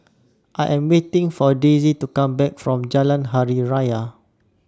I Am waiting For Daisie to Come Back from Jalan Hari Raya